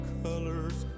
colors